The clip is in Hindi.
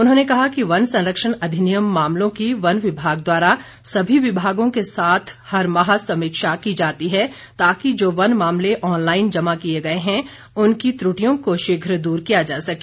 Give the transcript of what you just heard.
उन्होंने कहा कि वन संरक्षण अधिनियम मामलों की वन विभाग द्वारा सभी विभागों के साथ हर माह समीक्षा की जाती है ताकि जो वन मामले ऑनलाइन जमा किए गए है उनकी त्रुटियों को शीघ्र दूर किया जा सके